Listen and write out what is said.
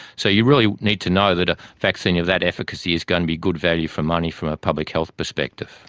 so you really need to know that a vaccine of that efficacy is going to be good value for money from a public health perspective.